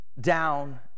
down